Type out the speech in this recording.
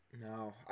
no